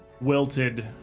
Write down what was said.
wilted